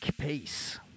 Peace